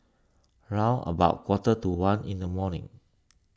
round about quarter to one in the morning